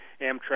Amtrak